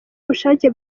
ubushake